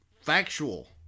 factual